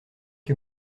que